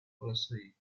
policy